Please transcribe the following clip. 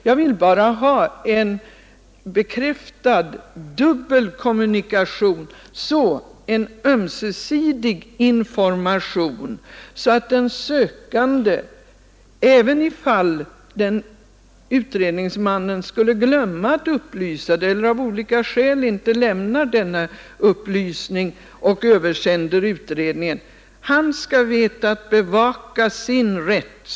Jag vill bara ha en bekräftad dubbel kommunikation, en ömsesidig information, så att den sökande, även ifall utredningsmannen skulle glömma att upplysa om det eller av olika skäl inte lämnar denna upplysning och översänder utredningen, skall veta att bevaka sin rätt.